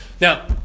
Now